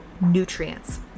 nutrients